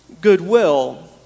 goodwill